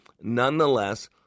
nonetheless